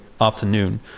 afternoon